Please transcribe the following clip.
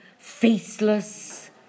faceless